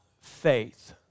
faith